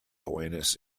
buenos